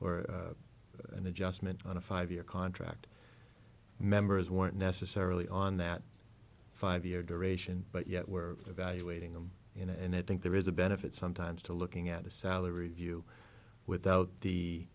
or an adjustment on a five year contract members weren't necessarily on that five year duration but yet we're evaluating them you know and i think there is a benefit sometimes to looking at a salary view without the